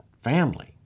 Family